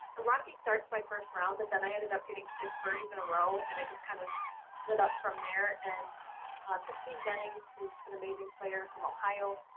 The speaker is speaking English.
a rocky start to my first round but then i ended up getting six birdies in a row and i just kind of lit up from there, and christine jennings, who's an amazing player from ohio,